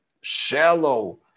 shallow